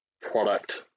product